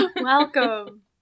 Welcome